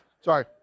Sorry